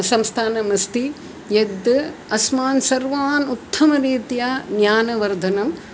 संस्थानम् अस्ति यद् अस्मान् सर्वान् उत्तमरीत्या ज्ञानवर्धनम्